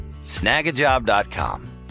Snagajob.com